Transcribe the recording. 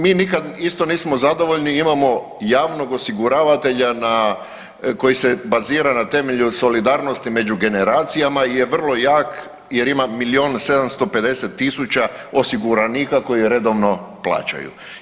Mi nikad isto nismo zadovoljni imamo javnog osiguravatelja na, koji se bazira na temelju solidarnosti među generacijama je vrlo jak jer ima milion 750 tisuća osiguranika koji redovno plaćaju.